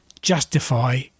justify